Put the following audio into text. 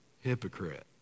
Hypocrite